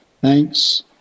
thanks